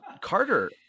Carter